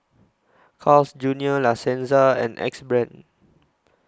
Carl's Junior La Senza and Axe Brand